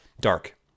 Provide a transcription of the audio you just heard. Dark